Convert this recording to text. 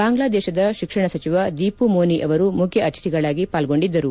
ಬಾಂಗ್ತಾದೇಶದ ಶಿಕ್ಷಣ ಸಚಿವ ದೀಪು ಮೋನಿ ಅವರು ಮುಖ್ಯ ಅತಿಥಿಗಳಾಗಿ ಪಾಲ್ಗೊಂಡಿದ್ದರು